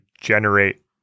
generate